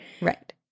Right